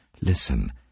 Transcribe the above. Listen